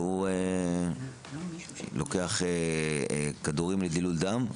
והוא לוקח כדורים לדילול דם.